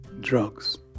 drugs